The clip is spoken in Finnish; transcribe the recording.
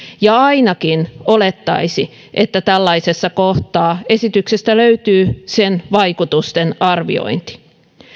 ja ainakin olettaisi että tällaisessa kohtaa esityksestä löytyy sen vaikutusten arviointi